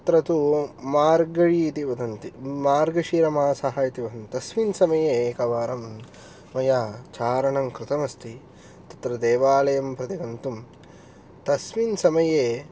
तत्र तु मार्गज़ि इति वदन्ति मार्गशिरमासः इति वद तस्मिन् समये एकवारं मया चारणं कृतमस्ति तत्र देवालयं प्रति गन्तुं तस्मिन् समये